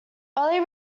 early